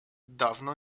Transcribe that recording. dawno